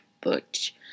butch